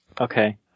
Okay